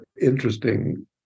interesting